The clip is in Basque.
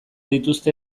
dituzte